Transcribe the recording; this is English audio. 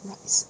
next